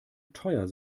teuer